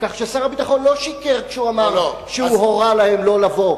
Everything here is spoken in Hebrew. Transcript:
כך ששר הביטחון לא שיקר כשהוא אמר שהוא לא הורה לא לבוא.